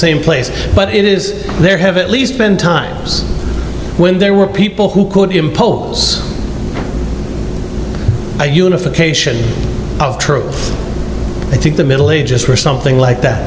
same place but it is there have at least been times when there were people who could impose a unification i think the middle ages were something like that